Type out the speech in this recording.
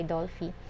Dolphy